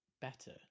better